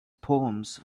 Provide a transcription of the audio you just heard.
poems